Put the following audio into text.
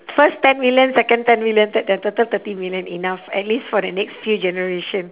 first ten million second ten million third ya total thirty million enough at least for the next few generation